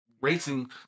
racing